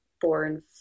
born